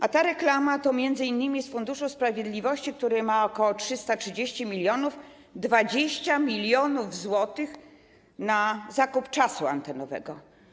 A ta reklama to m.in. z Funduszu Sprawiedliwości, który ma ok. 330 mln, 20 mln zł na zakup czasu antenowego.